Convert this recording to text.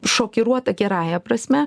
šokiruota gerąja prasme